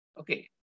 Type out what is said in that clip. Okay